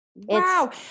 Wow